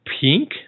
pink